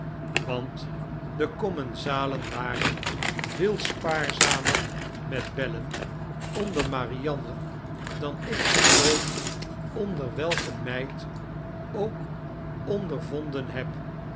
want de commensalen waren veel spaarzamer met bellen onder marianne dan ik ze ooit onder welke meid ook ondervonden heb